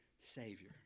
Savior